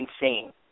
insane